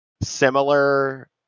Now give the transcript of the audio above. similar